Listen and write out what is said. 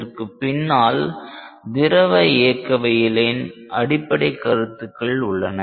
இதற்கு பின்னால் திரவ இயக்கவியலின் அடிப்படைக் கருத்துக்கள் உள்ளன